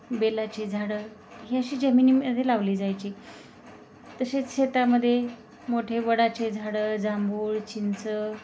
बेलाची झाडं ही अशी जमिनीमध्ये लावली जायची तसेच शेतामध्ये मोठे वडाचे झाडं जांभूळ चिंच